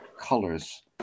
colors